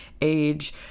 age